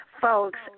Folks